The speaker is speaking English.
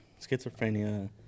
schizophrenia